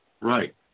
Right